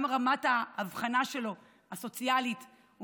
גם רמת האבחנה הסוציאלית שלו,